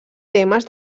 temes